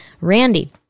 Randy